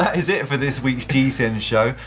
that is it for this week's gcn show.